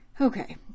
Okay